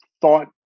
thought